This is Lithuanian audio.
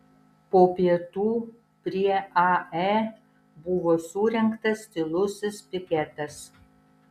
po pietų prie ae buvo surengtas tylusis piketas